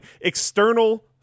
External